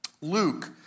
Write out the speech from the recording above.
Luke